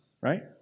right